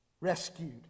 rescued